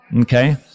Okay